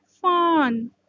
fawn